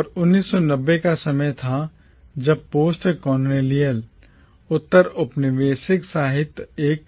और 1990 का समय था जब postcolonial उत्तर औपनिवेशिक साहित्य एक